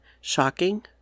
shocking